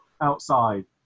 outside